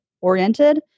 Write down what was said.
oriented